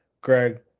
Greg